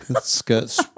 Skirts